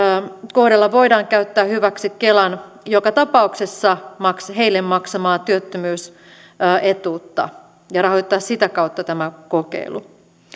kohdalla voidaan käyttää hyväksi kelan joka tapauksessa heille maksamaa työttömyysetuutta ja rahoittaa sitä kautta tämä kokeilu